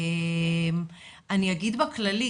אני אגיד בכללי,